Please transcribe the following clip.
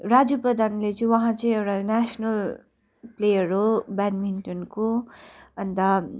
राजु प्रधानले चाहिँ उहाँ चाहिँ एउटा नेसनल प्लेयर हो ब्याटमिन्टनको अन्त